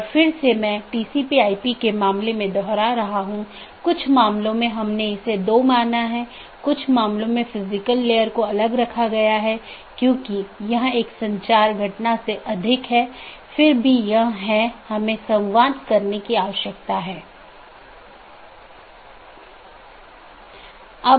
और अगर आप फिर से याद करें कि हमने ऑटॉनमस सिस्टम फिर से अलग अलग क्षेत्र में विभाजित है तो उन क्षेत्रों में से एक क्षेत्र या क्षेत्र 0 बैकबोन क्षेत्र है